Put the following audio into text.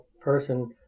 person